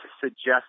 suggest